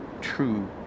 true